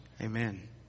Amen